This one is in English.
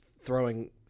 throwing